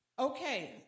Okay